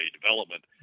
development